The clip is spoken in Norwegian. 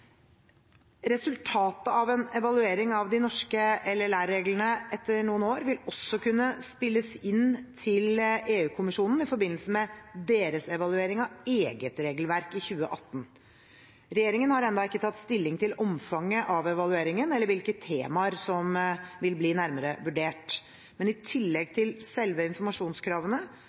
Resultatet av en evaluering av de norske LLR-reglene etter noen år vil også kunne spilles inn til EU-kommisjonen i forbindelse med deres evaluering av eget regelverk i 2018. Regjeringen har ennå ikke tatt stilling til omfanget av evalueringen eller hvilke temaer som vil bli nærmere vurdert. Men i tillegg